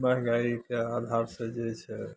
महँगाइके आधारसँ जे छै